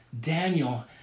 Daniel